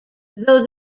though